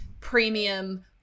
premium